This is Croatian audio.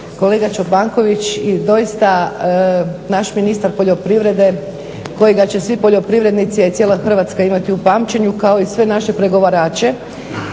Kolega Čobanković doista naš ministar poljoprivrede kojega će svi poljoprivrednici a i cijela Hrvatska imati u pamćenju kao i sve naše pregovarače